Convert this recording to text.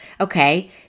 okay